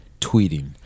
tweeting